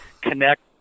connect